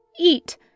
Eat